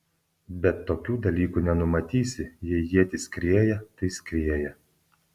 bet tokių dalykų nenumatysi jei ietis skrieja tai skrieja